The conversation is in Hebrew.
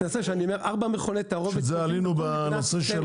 שזה העלינו בנושא של